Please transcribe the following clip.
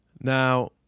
Now